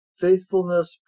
faithfulness